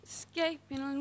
Escaping